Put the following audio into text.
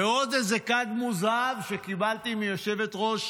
ועוד איזה כד מוזהב שקיבלתי מיושבת-ראש